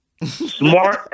Smart